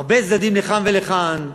הרבה צדדים לכאן ולכאן,